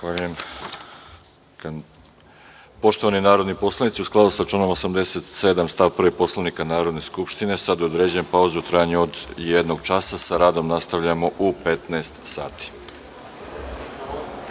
narodni poslanici, u skladu sa članom 87. stav 1. Poslovnika Narodne skupštine, sada određujem pauzu u trajanju od jednog časa. Sa radom nastavljamo u 15.00